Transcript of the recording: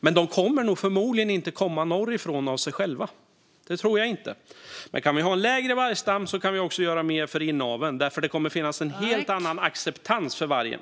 Men de kommer förmodligen inte norrifrån av sig själva. Det tror jag inte. Men kan vi ha en mindre vargstam kan vi också göra mer mot inaveln, för det kommer att finnas en helt annan acceptans för vargen.